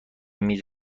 میز